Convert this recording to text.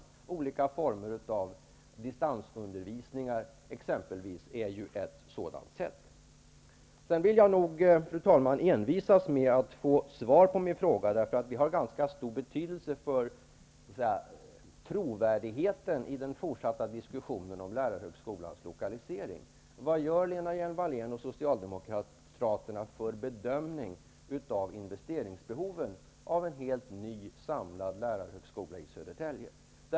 Exempelvis olika former av distansundervisning är ett sätt. Sedan vill jag, fru talman, envisas om att få svar på min fråga, för det har ganska stor betydelse för trovärdigheten i den fortsatta diskussionen om lärarhögskolans lokalisering. Vad gör Lena Hjelm Wallén och Socialdemokraterna för bedömning av investeringsbehovet för en helt ny samlad lärarhögskola i Södertälje?